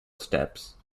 steps